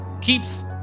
keeps